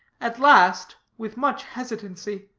at last, with much hesitancy,